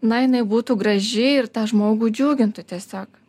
na jinai būtų graži ir tą žmogų džiugintų tiesiog